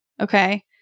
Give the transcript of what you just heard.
Okay